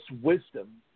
wisdom